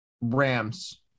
Rams